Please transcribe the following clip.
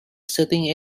setting